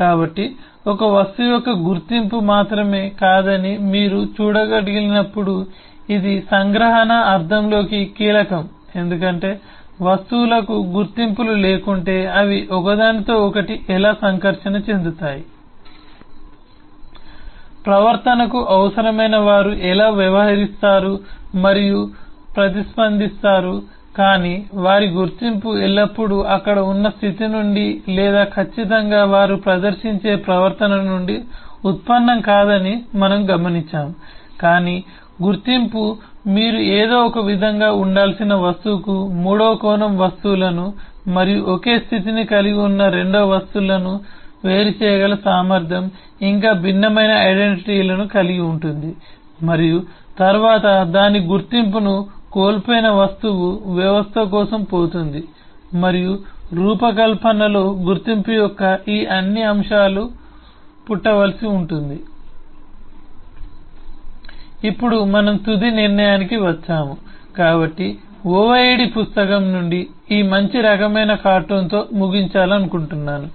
కాబట్టి ఒక వస్తువు యొక్క గుర్తింపు మాత్రమే కాదని మీరు చూడగలిగినప్పుడు ఇది సంగ్రహణ అర్థంలో కీలకం ఎందుకంటే వస్తువులకు గుర్తింపులు లేకుంటే అవి ఒకదానితో ఒకటి ఎలా సంకర్షణ చెందుతాయి ప్రవర్తనకు అవసరమైన వారు ఎలా వ్యవహరిస్తారు మరియు ప్రతిస్పందిస్తారు కాని వారి గుర్తింపు ఎల్లప్పుడూ అక్కడ ఉన్న స్థితి నుండి లేదా ఖచ్చితంగా వారు ప్రదర్శించే ప్రవర్తన నుండి ఉత్పన్నం కాదని మనము గమనించాము కాని గుర్తింపు మీరు ఏదో ఒకవిధంగా ఉండాల్సిన వస్తువుకు మూడవ కోణం వస్తువులను మరియు ఒకే స్థితిని కలిగి ఉన్న 2 వస్తువులను వేరు చేయగల సామర్థ్యం ఇంకా భిన్నమైన ఐడెంటిటీలను కలిగి ఉంటుంది మరియు తరువాత దాని గుర్తింపును కోల్పోయిన వస్తువు వ్యవస్థ కోసం పోతుంది మరియు రూపకల్పనలో గుర్తింపు యొక్క ఈ అన్ని అంశాలు పుట్టవలసి ఉంటుంది ఇప్పుడు మనం తుది నిర్ణయానికి వచ్చాము కాబట్టి ఇది OOAD పుస్తకం నుండి ఈ మంచి రకమైన కార్టూన్తో ముగించాలనుకుంటున్నాను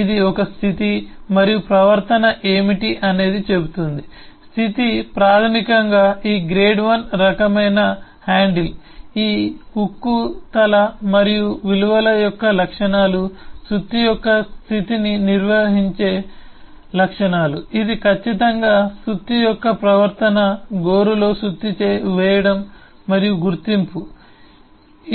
ఇది ఒక స్థితి మరియు ప్రవర్తన ఏమిటి అని చెబుతుంది స్థితి ప్రాథమికంగా ఈ గ్రేడ్ 1 రకమైన హ్యాండిల్ ఈ ఉక్కు తల మరియు విలువల యొక్క లక్షణాలు సుత్తి యొక్క స్థితిని నిర్వచించే లక్షణాలు ఇది ఖచ్చితంగా సుత్తి యొక్క ప్రవర్తన గోరులో సుత్తి వేయడం మరియు గుర్తింపు ఇది